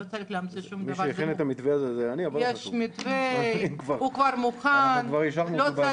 מי שהכין את המתווה הזה זה אני, אבל לא חשוב.